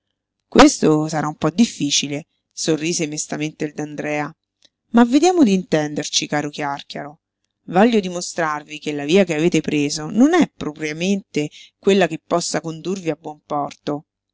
questo sarà un po difficile sorrise mestamente il d'andrea ma vediamo di intenderci caro chiàrchiaro voglio dimostrarvi che la via che avete preso non è propriamente quella che possa condurvi a buon porto